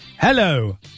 Hello